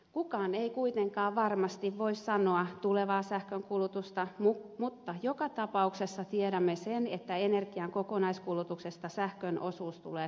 kukaan ei kuitenkaan varmasti voi sanoa tulevaa sähkönkulutusta mutta joka tapauksessa tiedämme sen että energian kokonaiskulutuksesta sähkön osuus tulee kasvamaan